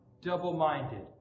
double-minded